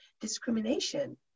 discrimination